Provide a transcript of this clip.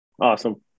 Awesome